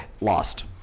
lost